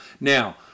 Now